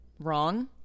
wrong